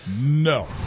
No